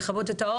בבקשה,